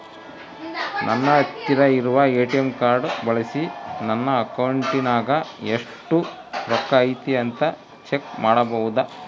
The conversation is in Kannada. ನನ್ನ ಹತ್ತಿರ ಇರುವ ಎ.ಟಿ.ಎಂ ಕಾರ್ಡ್ ಬಳಿಸಿ ನನ್ನ ಅಕೌಂಟಿನಾಗ ಎಷ್ಟು ರೊಕ್ಕ ಐತಿ ಅಂತಾ ಚೆಕ್ ಮಾಡಬಹುದಾ?